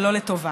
ולא לטובה.